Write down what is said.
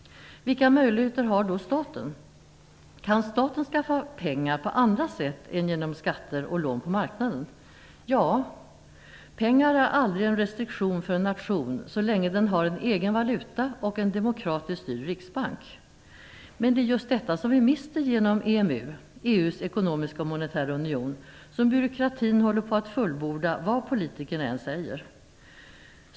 Vilka möjligheter har då staten? Kan staten skaffa pengar på andra sätt än genom skatter och lån på marknaden? Ja. Pengar är aldrig en restriktion för en nation så länge den har en egen valuta och en demokratiskt styrd riksbank. Men det är just detta vi mister genom EMU, EU:s ekonomiska och monetära union som byråkratin håller på att fullborda vad politikerna än säger.